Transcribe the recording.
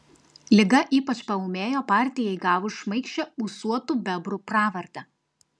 liga ypač paūmėjo partijai gavus šmaikščią ūsuotų bebrų pravardę